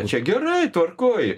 čia gerai tvarkoj